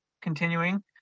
continuing